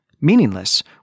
meaningless